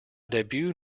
debut